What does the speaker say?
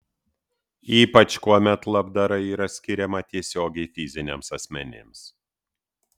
ypač kuomet labdara yra skiriama tiesiogiai fiziniams asmenims